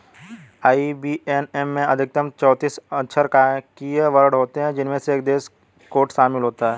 IBAN में अधिकतम चौतीस अक्षरांकीय वर्ण होते हैं जिनमें एक देश कोड शामिल होता है